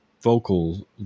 vocal